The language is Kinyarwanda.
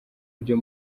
byo